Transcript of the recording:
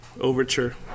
Overture